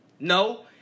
No